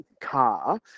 car